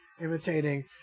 imitating